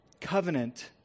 covenant